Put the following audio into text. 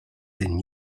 than